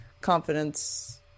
confidence